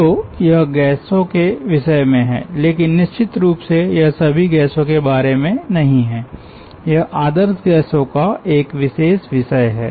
तो यह गैसों के विषय में है लेकिन निश्चित रूप से यह सभी गैसों के बारे में नहीं है यह आदर्श गैसों का एक विशेष विषय है